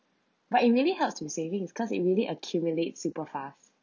but it really helps to saving because it really accumulate superfast